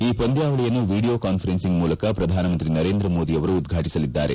ಈ ಪಂದ್ಯಾವಳಿಯನ್ನು video conference ಮೂಲಕ ಪ್ರಧಾನಮಂತ್ರಿ ನರೇಂದ್ರ ಮೋದಿ ಉದ್ಘಾಟಿಸಲಿದ್ದಾರೆ